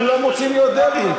כולם רוצים להיות דרעי,